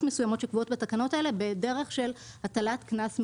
מסוימות שקבועות בתקנות האלה בדרך של הטלת קנס מנהלי,